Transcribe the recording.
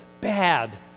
bad